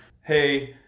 hey